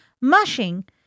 Mushing